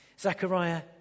Zechariah